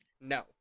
No